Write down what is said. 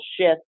shift